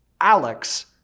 Alex